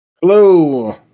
Hello